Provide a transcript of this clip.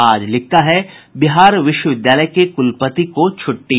आज लिखता है बिहार विश्वविद्यालय के कुलपति को छुट्टी